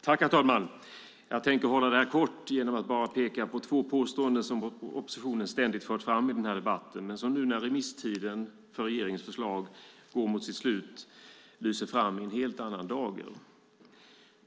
Herr talman! Jag tänker hålla det här kort genom att bara peka på två påståenden som oppositionen ständigt fört fram i den här debatten men som nu när remisstiden för regeringens förslag går mot sitt slut framstår i en helt annan dager.